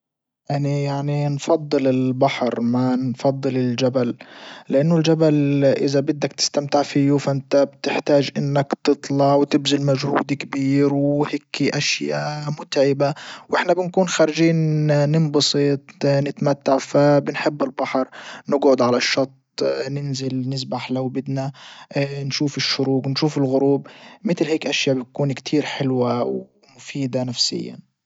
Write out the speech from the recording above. اني يعني نفضل البحر ما نفضل الجبل لانه الجبل اذا بدك تستمتع فيو فانت بتحتاج انك تطلع وتبذل مجهود كبير وهيكي اشياء متعبة واحنا بنكون خارجين ننبسط نتمتع فبنحب البحر نجعد على الشط ننزل نسبح لو بدنا نشوف الشروج ونشوف الغروب متل هيك اشياء بتكون كتير حلوة ومفيدة نفسيا.